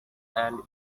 and